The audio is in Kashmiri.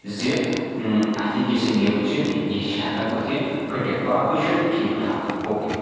زِ اَتھ یۄس یہِ نب چھِ یہِ چھِ ہؠکان بٕتھِ پھٹِتھ باقٕے چھُ ٹھیٖک ٹھاک اوکے